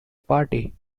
party